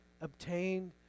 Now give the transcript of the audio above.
Obtained